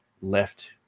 left